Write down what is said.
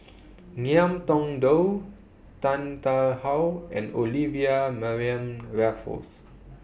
Ngiam Tong Dow Tan Tarn How and Olivia Mariamne Raffles